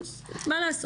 מה לעשות?